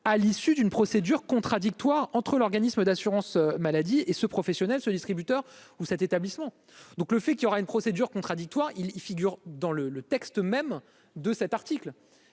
à l'issue d'une procédure contradictoire entre l'organisme d'assurance-maladie et ce professionnel ce distributeur ou cet établissement, donc le fait qu'il y aura une procédure contradictoire il y figure dans le texte même de cet article,